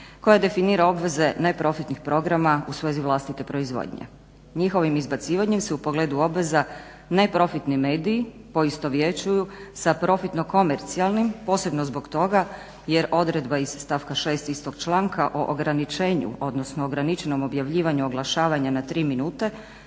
koja definira obveze neprofitnih programa u svezi vlastite proizvodnje. Njihovim izbacivanjem se u pogledu obveza neprofitni mediji poistovjećuju sa profitno komercijalnim, posebno zbog toga jer odredba iz stavka 6. istog članka o ograničenju odnosno ograničenom objavljivanju oglašavanja na 3 minute,